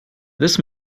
this